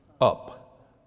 up